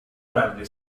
primary